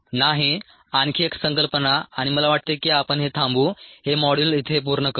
नाही आणखी एक संकल्पना आणि मला वाटते की आपण हे थांबवू हे मॉड्यूल इथे पूर्ण करू